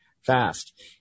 fast